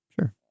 Sure